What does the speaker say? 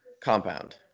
compound